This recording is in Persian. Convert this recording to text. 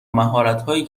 مهارتهایی